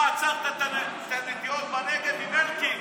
אתה עצרת את הנטיעות בנגב עם אלקין,